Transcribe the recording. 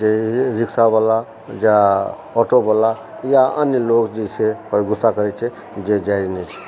जे रिक्शावला आ ऑटोवला या अन्य लोग जे छै से गुस्सा करैए छै जे जायज नहि छै